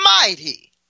mighty